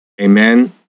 Amen